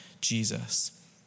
Jesus